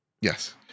yes